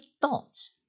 thoughts